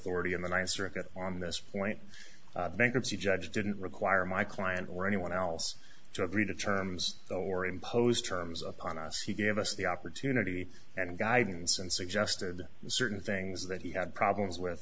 already in the ninth circuit on this point the bankruptcy judge didn't require my client or anyone else to agree to terms or impose terms of upon us he gave us the opportunity and guidance and suggested certain things that he had problems with